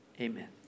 Amen